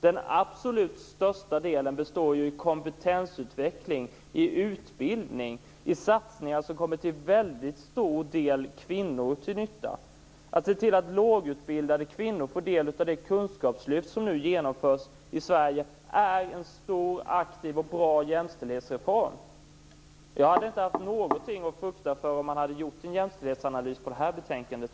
Den absolut största delen består ju i kompetensutveckling, i utbildning, i satsningar som till väldigt stor del är till nytta för kvinnor. Att se till att lågutbildade kvinnor får del av det kunskapslyft som nu genomförs i Sverige är en stor, aktiv och bra jämställdhetsreform. Jag tror inte att jag hade haft någonting att frukta om man hade gjort en jämställdhetsanalys på det här betänkandet.